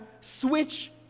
switch